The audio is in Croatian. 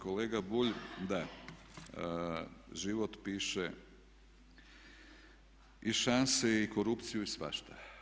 Kolega Bulj, da život piše i šanse i korupciju i svašta.